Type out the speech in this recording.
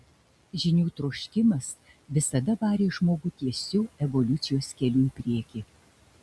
žinių troškimas visada varė žmogų tiesiu evoliucijos keliu į priekį